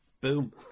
Boom